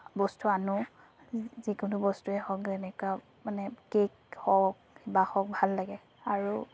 বস্তু আনো যি যিকোনো বস্তুৱেই হওক যেনেকুৱা মানে কেক হওক বা হওক ভাল লাগে আৰু